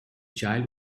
child